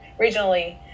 regionally